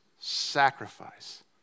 Sacrifice